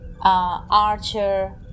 archer